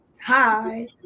Hi